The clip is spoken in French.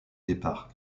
départ